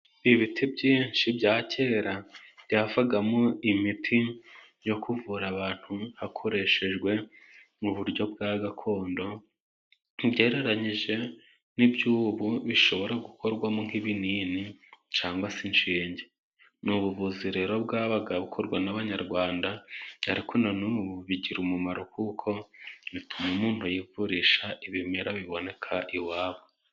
Ibiti byinshi bya cyera byavagamo imiti yo kuvura abantu hakoreshejwe mu buryo bwa gakondo ugereranyije n'iby'ubu bishobora gukorwamo nk'ibinini cyangwa se inshinge. Ni ubuvuzi rero bwabaga bukorwa n'abanyarwanda ariko na n'ubu bigira umumaro kuko bituma umuntu yivurisha ibimera biboneka iwabo.